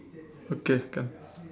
okay can